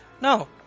no